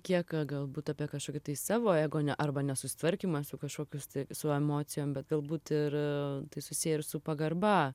kiek galbūt apie kažkokį tai savo ego arba nesusitvarkymą su kažkokiu su emocijom bet galbūt ir tai susiję ir su pagarba